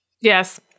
yes